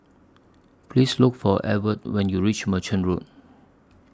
Please Look For Edw when YOU REACH Merchant Road